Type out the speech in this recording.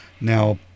Now